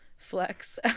flex